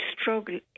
struggle